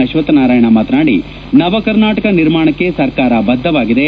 ಅಶ್ವಥ್ನಾರಾಯಣ ಮಾತನಾಡಿ ನವ ಕರ್ನಾಟಕ ನಿರ್ಮಾಣಕ್ಕೆ ಸರ್ಕಾರ ಬದ್ದವಾಗಿದೆ